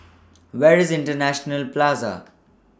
Where IS International Plaza